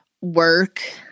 work